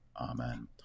Amen